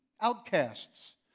outcasts